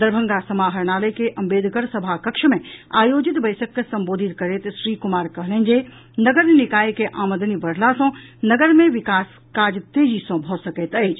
दरभंगा समाहरणायल के अंबेदकर सभाकक्ष मे आयोजित बैसक के संबोधित करैत श्री कुमार कहलनि जे नगर निकाय के आमदनी बढ़ला सँ नगर मे विकास काज तेजी सँ भऽ सकैत अछि